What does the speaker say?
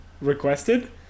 requested